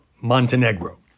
Montenegro